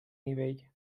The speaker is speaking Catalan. nivell